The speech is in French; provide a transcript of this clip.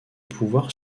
pouvoir